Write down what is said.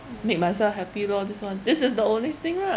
make myself happy lor this one this is the only thing lah